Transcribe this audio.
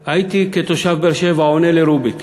ירושלים, הייתי, כתושב באר-שבע, עונה לרוביק: